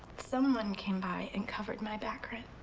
someone came by and covered my back rent.